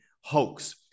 hoax